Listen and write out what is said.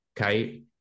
okay